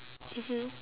mmhmm